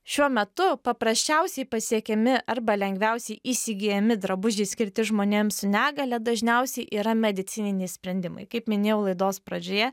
šiuo metu paprasčiausiai pasiekiami arba lengviausiai įsigyjami drabužiai skirti žmonėms su negalia dažniausiai yra medicininiai sprendimai kaip minėjau laidos pradžioje